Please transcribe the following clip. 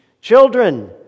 Children